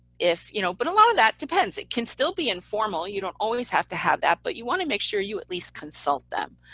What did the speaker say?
if, you know, but a lot of that depends. it can still be informal, you don't always have to have that, but you want to make sure you at least consult them.